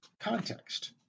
context